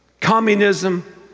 communism